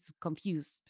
confused